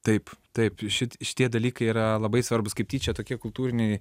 taip taip šit šitie dalykai yra labai svarbūs kaip tyčia tokie kultūriniai